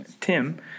Tim